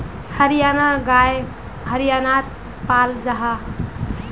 हरयाना गाय हर्यानात पाल जाहा